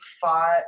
fought